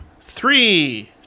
Three